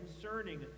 concerning